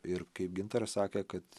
ir kaip gintaras sakė kad